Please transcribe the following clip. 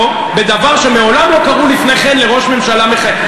קראתם לו בדבר שמעולם לא קראו לפני כן לראש ממשלה מכהן,